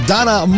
Donna